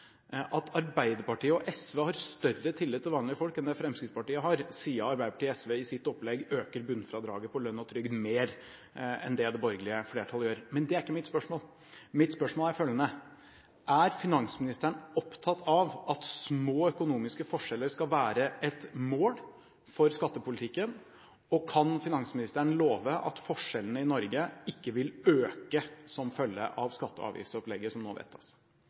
at Arbeiderpartiet og SV har større tillit til vanlige folk enn det Fremskrittspartiet har – siden Arbeiderpartiet og SV i sitt opplegg øker bunnfradraget på lønn og trygd mer enn det borgerlige flertallet gjør. Men det er ikke mitt spørsmål. Mitt spørsmål er følgende: Er finansministeren opptatt av at små økonomiske forskjeller skal være et mål for skattepolitikken, og kan finansministeren love at forskjellene i Norge ikke vil øke som følge av skatte- og avgiftsopplegget som nå vedtas?